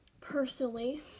personally